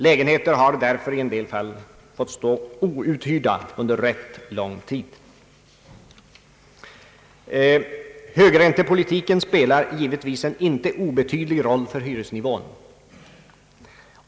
Lägenheter har därför i en del fall fått stå outhyrda under rätt lång tid. Högräntepolitiken spelar givetvis en inte obetydlig roll för hyresnivån.